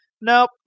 Nope